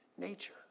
nature